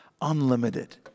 unlimited